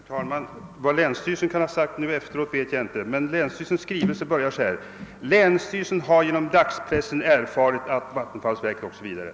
Herr talman! Vad länsstyrelsen kan ha sagt nu efteråt vet jag inte, men länsstyrelsens skrivelse börjar: »Länsstyrelsen har genom dagspressen erfarit att vattenfallsverket ———.»